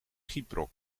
gyproc